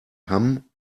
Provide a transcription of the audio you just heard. hamm